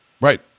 Right